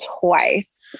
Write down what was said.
twice